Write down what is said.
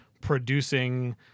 producing